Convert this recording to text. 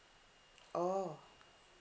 oh